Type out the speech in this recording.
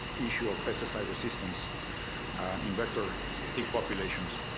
issue of pesticide resistance in vector tick populations.